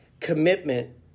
commitment